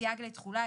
סייג לתחולה.